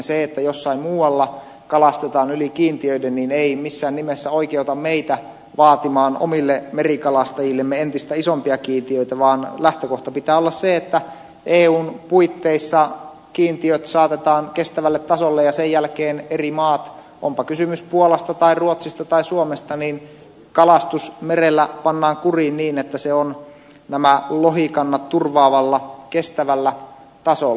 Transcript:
se että jossain muualla kalastetaan yli kiintiöiden ei missään nimessä oikeuta meitä vaatimaan omille merikalastajillemme entistä isompia kiintiöitä vaan lähtökohdan pitää olla se että eun puitteissa kiintiöt saatetaan kestävälle tasolle ja sen jälkeen eri maissa onpa kysymys puolasta tai ruotsista tai suomesta kalastus merellä pannaan kuriin niin että se on nämä lohikannat turvaavalla kestävällä tasolla